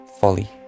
folly